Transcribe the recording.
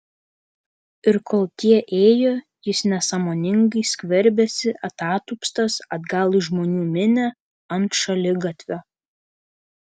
ir kol tie ėjo jis nesąmoningai skverbėsi atatupstas atgal į žmonių minią ant šaligatvio